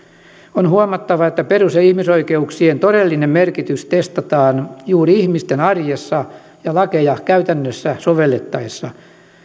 on huomattava että perus ja ihmisoikeuksien todellinen merkitys testataan juuri ihmisten arjessa ja lakeja käytäntöön sovellettaessa